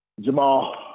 Jamal